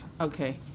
Okay